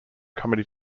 comedy